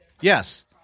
Yes